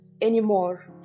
anymore